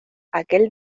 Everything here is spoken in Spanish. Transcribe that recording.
aquel